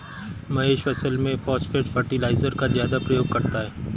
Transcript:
महेश फसल में phosphate fertiliser का ज्यादा प्रयोग करता है